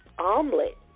omelet